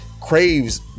craves